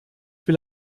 will